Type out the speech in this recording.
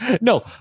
No